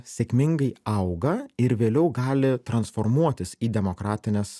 sėkmingai auga ir vėliau gali transformuotis į demokratines